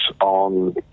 on